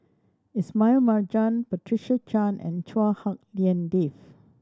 Ismail Marjan Patricia Chan and Chua Hak Lien Dave